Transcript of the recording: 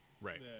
Right